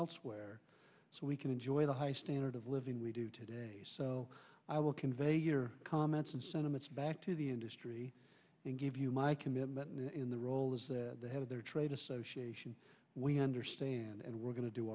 elsewhere so we can enjoy the high standard of living we do today so i will convey your comments and sentiments back to the industry and give you my commitment in the role of the head of their trade association we understand and we're going to do